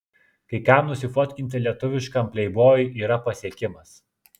kai kam nusifotkinti lietuviškam pleibojui yra pasiekimas